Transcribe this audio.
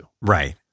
Right